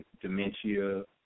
dementia